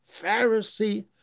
Pharisee